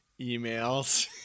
emails